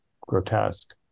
grotesque